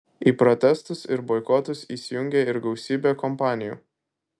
į protestus ir boikotus įsijungė ir gausybė kompanijų